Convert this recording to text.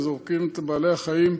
וזורקים את בעלי-החיים,